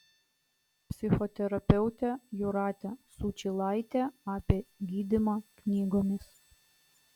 psichoterapeutė jūratė sučylaitė apie gydymą knygomis